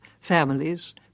families